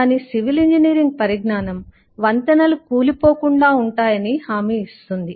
కాని civil engineering పరిజ్ఞానం వంతెనలు కూలిపోకుండా ఉంటాయని హామీ ఇస్తుంది